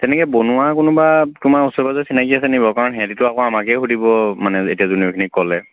তেনেকৈ বনোৱা কোনোবা তোমাৰ ওচৰে পাঁজৰে চিনাকি আছে নেকি বাৰু কাৰণ সিহঁতিটো আকৌ আমাকেই সুধিব মানে এতিয়া জুনিঅ'ৰখিনিক ক'লে